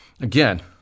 Again